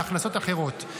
מהכנסות אחרות,